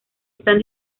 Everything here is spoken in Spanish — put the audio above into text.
están